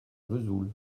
vesoul